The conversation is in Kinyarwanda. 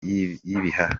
y’ibihaha